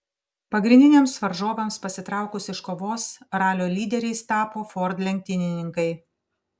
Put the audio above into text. pagrindiniams varžovams pasitraukus iš kovos ralio lyderiais tapo ford lenktynininkai